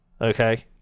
Okay